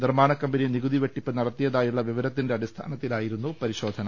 നിർമാണ കമ്പനി നികുതി വെട്ടിപ്പ് നടത്തിയതായുള്ള വിവരത്തിന്റെ അടിസ്ഥാനത്തിലായിരുന്നു പരിശോധന